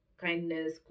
kindness